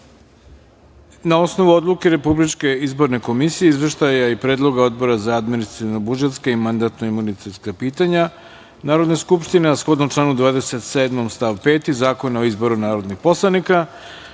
osnovu Odluke Republičke izborne komisije i Izveštaja i predloga Odbora za administrativno-budžetska i mandatno-imunitetska pitanja Narodne skupštine, a shodno članu 27. stav 5. Zakona o izboru narodnih poslanika,